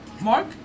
mark